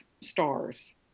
stars